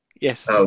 Yes